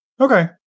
Okay